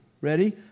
ready